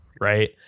right